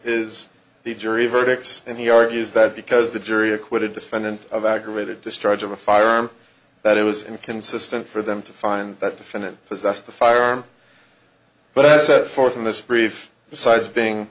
his the jury verdicts and he argues that because the jury acquitted defendant of aggravated destruct of a firearm that it was inconsistent for them to find that defendant possessed the firearm but as set forth in this brief besides being